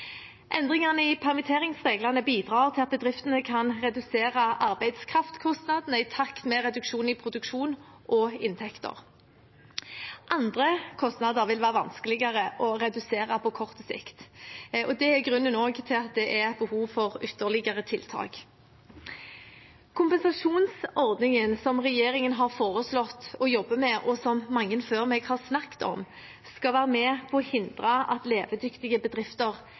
Endringene i permitteringsreglene bidrar til at bedriftene kan redusere arbeidskraftkostnadene i takt med reduksjonen i produksjon og inntekter. Andre kostnader vil være vanskeligere å redusere på kort sikt, og det er grunnen til at det også er behov for ytterligere tiltak. Kompensasjonsordningen som regjeringen har foreslått og jobber med, og som mange før meg har snakket om, skal være med på å hindre at levedyktige bedrifter